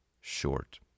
short